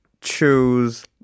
choose